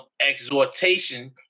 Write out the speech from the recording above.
exhortation